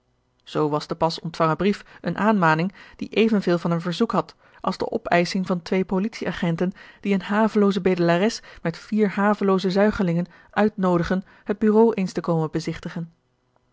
zoo was de pas ontvangen brief eene aanmaning die evenveel van een verzoek had als de opeisching van twee politieagenten die eene havelooze bedelares met vier havelooze zuigelingen uitnoodigen het bureau eens te komen bezigtigen